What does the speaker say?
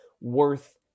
worth